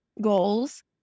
goals